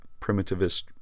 primitivist